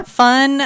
fun